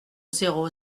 zéro